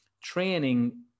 Training